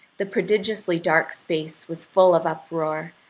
the prodigiously dark space was full of uproar,